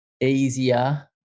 easier